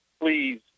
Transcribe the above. please